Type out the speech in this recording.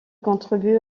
contribue